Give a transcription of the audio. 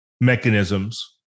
mechanisms